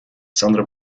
sandra